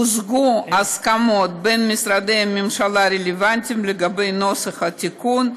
הושגו הסכמות בין משרדי הממשלה הרלוונטיים לגבי נוסח התיקון.